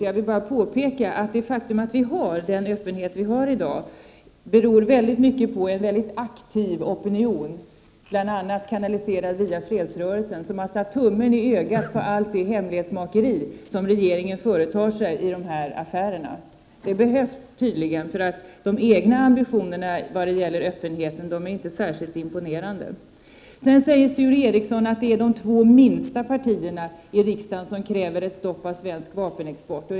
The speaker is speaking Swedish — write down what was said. Jag vill bara påpeka att det faktum att vi har den öppenhet vi har i dag beror väldigt mycket på en aktiv opinion, bl.a. kanaliserad via fredsrörelsen, som har satt tummen i ögat på allt det hemlighetsmakeri som regeringen företar sig i de här affärerna. Det behövs tydligen, för de egna ambitionerna vad gäller öppenheten är inte särskilt imponerande. Sedan säger Sture Ericson att det är de två minsta partierna i riksdagen som kräver stopp för svensk vapenexport.